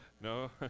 No